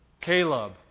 Caleb